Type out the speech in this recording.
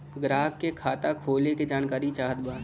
ग्राहक के खाता खोले के जानकारी चाहत बा?